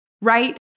right